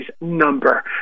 number